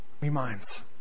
reminds